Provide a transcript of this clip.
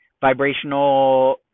vibrational